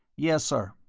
yes, sir.